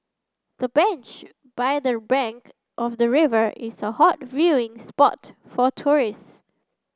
the bench by the bank of the river is a hot viewing spot for tourists